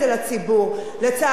לצערנו הרב,